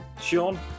sean